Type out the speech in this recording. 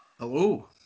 Hello